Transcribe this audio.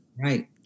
Right